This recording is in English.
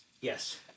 Yes